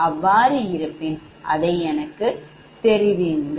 அவ்வாறு இருப்பின் அதை எனக்கு தெரிவியுங்கள்